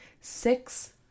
Six